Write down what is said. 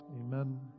amen